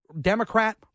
Democrat